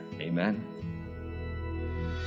Amen